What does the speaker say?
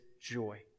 joy